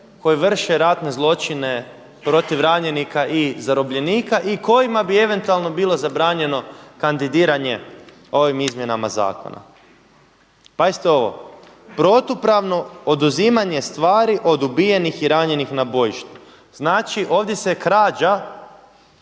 koji vrše ratne zločine protiv ranjenika i zarobljenika i kojima bi eventualno bilo zabranjeno kandidiranje ovim izmjenama zakona. Pazite ovo! Protupravno oduzimanje stvari od ubijenih i ranjenih na bojištu. Znači, ovdje se krađa